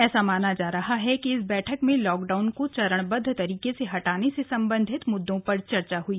ऐसा माना जा रहा है कि इस बैठक में लॉकडाउन को चरणबद्व तरीके से हटाने से संबंधित मुद्दों पर चर्चा हुई